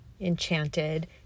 enchanted